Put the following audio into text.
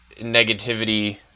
negativity